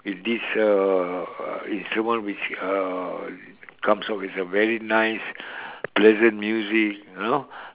is this uh instrument which uh comes out with a very nice pleasant music you know